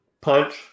punch